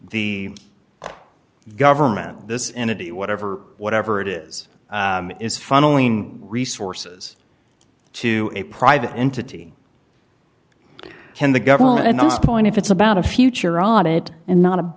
the government this entity whatever whatever it is is funneling resources to a private entity can the government not point if it's about a future audit and not